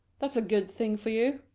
that's a good thing for you.